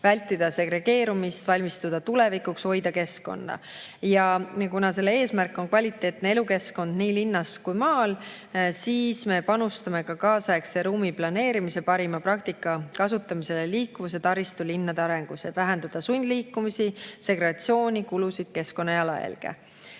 vältida segregeerumist, valmistuda tulevikuks, hoida keskkonda. Ja kuna selle eesmärk on kvaliteetne elukeskkond nii linnas kui ka maal, siis me panustame kaasaegse ruumiplaneerimise parima praktika kasutamisele liikuvuse, taristu ja linnade arengus, et vähendada sundliikumisi, segregatsiooni, kulusid ja keskkonnajalajälge.